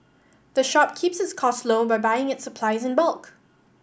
the shop keeps its cost low by buying its supplies in bulk